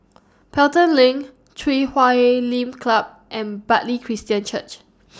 Pelton LINK Chui Huay Lim Club and Bartley Christian Church